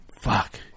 fuck